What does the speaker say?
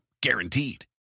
Guaranteed